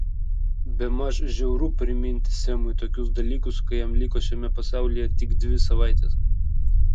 bemaž žiauru priminti semui tokius dalykus kai jam liko šiame pasaulyje tik dvi savaitės